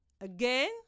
Again